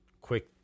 quick